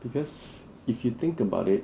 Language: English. because if you think about it